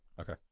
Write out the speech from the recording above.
Okay